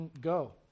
go